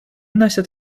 носят